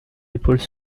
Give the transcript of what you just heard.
épaules